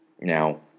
Now